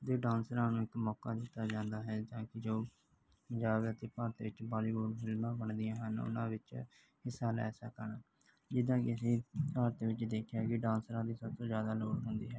ਦੇ ਡਾਂਸਰਾਂ ਨੂੰ ਇੱਕ ਮੌਕਾ ਦਿੱਤਾ ਜਾਂਦਾ ਹੈ ਤਾਂ ਕਿ ਜੋ ਪੰਜਾਬ ਅਤੇ ਭਾਰਤ ਵਿੱਚ ਬਾਲੀਵੁੱਡ ਫਿਲਮਾਂ ਬਣਦੀਆਂ ਹਨ ਉਹਨਾਂ ਵਿੱਚ ਹਿੱਸਾ ਲੈ ਸਕਣ ਜਿੱਦਾਂ ਕਿ ਅਸੀਂ ਭਾਰਤ ਵਿੱਚ ਦੇਖਿਆ ਕਿ ਡਾਂਸਰਾਂ ਦੀ ਸਭ ਤੋਂ ਜ਼ਿਆਦਾ ਲੋੜ ਹੁੰਦੀ ਹੈ